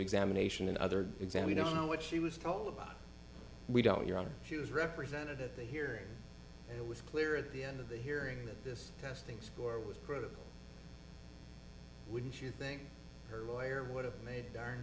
examination and other exam we don't know what she was told about we don't hear out she was represented at the hearing and it was clear at the end of the hearing that this testing score was pretty wouldn't you think her lawyer would have made darn